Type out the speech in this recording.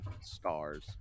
stars